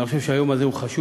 אני חושב שהיום הזה הוא חשוב.